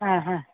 ആ ഹാ